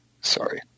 sorry